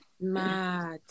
Mad